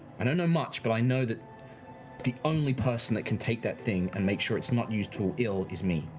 i don't know much, but i know that the only person that can take that thing and make sure it's not used for ill is me.